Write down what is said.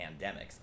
pandemics